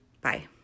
Bye